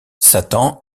satan